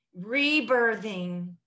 rebirthing